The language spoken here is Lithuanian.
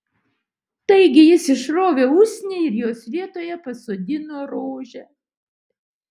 taigi jis išrovė usnį ir jos vietoje pasodino rožę